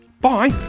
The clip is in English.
Bye